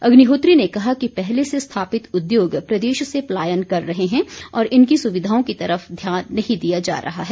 अग्निहोत्री ने कहा कि पहले से स्थापित उद्योग प्रदेश से पलायन कर रहे हैं और इनकी सुविधाओं की तरफ ध्यान नहीं दिया जा रहा है